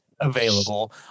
available